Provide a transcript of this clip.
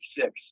six